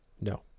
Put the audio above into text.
No